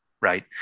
right